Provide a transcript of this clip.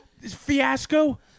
fiasco